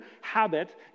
habit